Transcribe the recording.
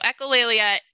echolalia